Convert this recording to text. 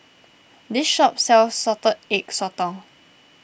this shop sells Salted Egg Sotong